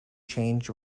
changed